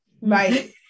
Right